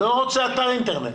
לא רוצה אתר אינטרנט.